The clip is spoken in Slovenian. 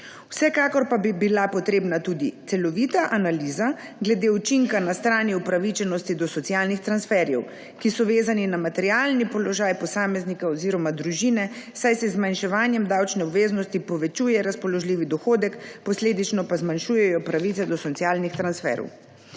Vsekakor pa bi bila potrebna tudi celovita analiza glede učinka na strani upravičenosti do socialnih transferjev, ki so vezani na materialni položaj posameznika oziroma družine, saj se z zmanjševanjem davčne obveznosti povečuje razpoložljivi dohodek, posledično pa zmanjšujejo pravice do socialnih transferjev.